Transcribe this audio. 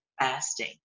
fasting